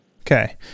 Okay